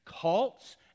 cults